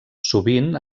sovint